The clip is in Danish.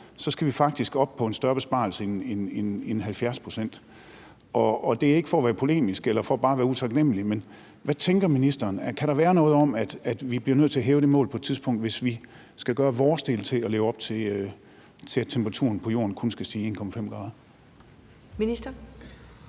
så skal vi faktisk op på en større besparelse end 70 pct. Det oplever jeg flere og flere videnskabsfolk sige. Det er ikke for at være polemisk eller bare for at være utaknemlig, men hvad tænker ministeren? Kan der være noget om, at vi bliver nødt til at hæve det mål på et tidspunkt, hvis vi skal gøre vores del i forhold til at leve op til målet om, at temperaturen på jorden kun må stige med 1,5 grader? Kl.